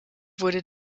wurde